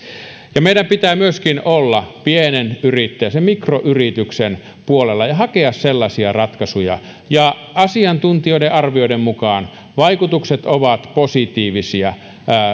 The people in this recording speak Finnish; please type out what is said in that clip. meidän pitää myöskin olla pienen sen mikroyrityksen puolella ja hakea sellaisia ratkaisuja ja asiantuntijoiden arvioiden mukaan vaikutukset tuottavuuteen ovat positiivisia